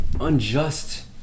unjust